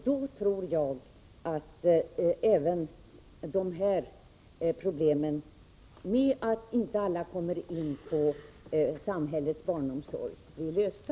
Då tror jag att även de problem som hänger samman med att inte alla kommer in i samhällets barnomsorg blir lösta.